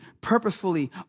purposefully